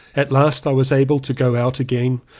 at last i was able to go out again,